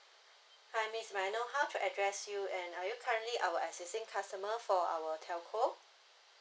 hi miss may I know how to address you and are you currently our existing customer for our telco